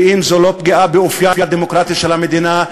ואם זו לא פגיעה באופייה הדמוקרטי של המדינה,